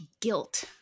guilt